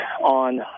on